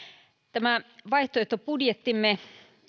tämä vaihtoehtobudjettimme